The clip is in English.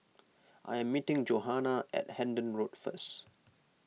I am meeting Johannah at Hendon Road first